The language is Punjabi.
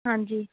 ਹਾਂਜੀ